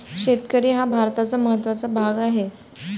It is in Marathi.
शेतकरी हा भारताचा महत्त्वाचा भाग आहे